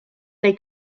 they